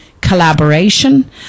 collaboration